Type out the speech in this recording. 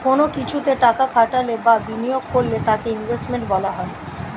কোন কিছুতে টাকা খাটালে বা বিনিয়োগ করলে তাকে ইনভেস্টমেন্ট বলা হয়